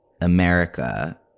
America